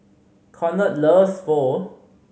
Conard loves Pho